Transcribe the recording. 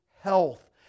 health